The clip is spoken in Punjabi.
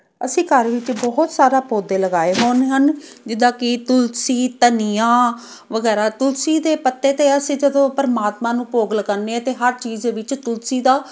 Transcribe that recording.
ਅਸੀਂ ਘਰ ਵਿੱਚ ਬਹੁਤ ਸਾਰਾ ਪੌਦੇ ਲਗਾਏ ਹੋਏ ਹਨ ਜਿੱਦਾਂ ਕਿ ਤੁਲਸੀ ਧਨੀਆ ਵਗੈਰਾ ਤੁਲਸੀ ਦੇ ਪੱਤੇ ਤਾਂ ਅਸੀਂ ਜਦੋਂ ਪਰਮਾਤਮਾ ਨੂੰ ਭੋਗ ਲਗਾਨੇ ਹਾਂ ਅਤੇ ਹਰ ਚੀਜ਼ ਵਿੱਚ ਤੁਲਸੀ ਦਾ